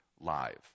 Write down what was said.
live